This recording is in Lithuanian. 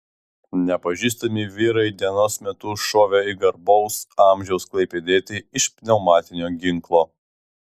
nepažįstami vyrai dienos metu šovė į garbaus amžiaus klaipėdietį iš pneumatinio ginklo